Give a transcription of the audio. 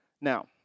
Now